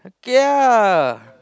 okay ah